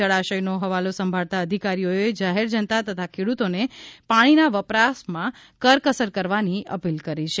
જળાશયનો હવાલો સંભાળતા અધિકારીઓએ જાહેર જનતા તથા ખેડૂતોને પાણીના વપરાશમાં કરકસર કરવાની અપીલ કરી છે